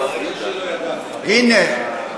הנה,